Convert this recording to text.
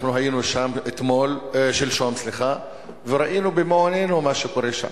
אנחנו היינו שם שלשום וראינו במו-עינינו מה שקורה שם,